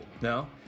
No